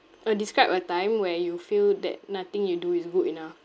uh describe a time where you feel that nothing you do is good enough